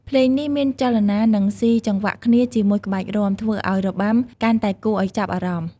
ភ្លេងនេះមានចលនា និង សុីចង្វាក់គ្នាជាមួយក្បាច់រាំ ធ្វើឲ្យរបាំកាន់តែគួរឲ្យចាប់អារម្មណ៌។